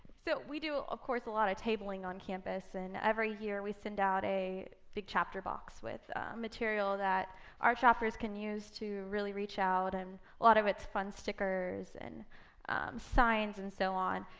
so we do, of course, a lot of tabling on campus. and every year, we send out a big chapter box with material that our chapters can use to really reach out. and a lot of it's fun stickers, and signs, and so on.